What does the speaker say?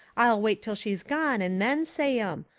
i'll wait till she's gone and then say em.